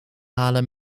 halen